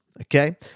okay